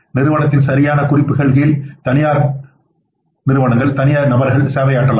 நிறுவனத்தின் சரியான குறிப்புகள் கீழ் தனியார் தனிநபர்கள் சேவையாற்றலாம்